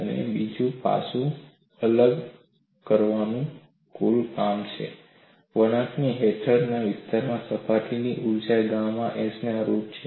અને બીજું પાસું અલગ કરવાનું કુલ કામ છે જે વળાંક હેઠળનો વિસ્તાર સપાટી ઉર્જા ગામા s ને અનુરૂપ છે